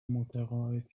متقاعد